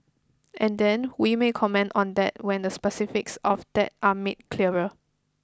and then we may comment on that when the specifics of that are made clearer